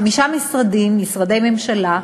חמישה משרדים, משרדי ממשלה,